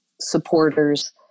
supporters